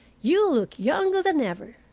you look younger than ever.